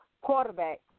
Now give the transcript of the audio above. quarterback